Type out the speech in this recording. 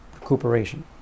recuperation